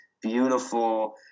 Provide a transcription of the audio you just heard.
beautiful